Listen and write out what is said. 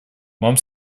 вам